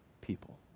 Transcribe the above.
people